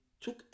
took